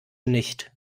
nicht